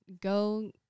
go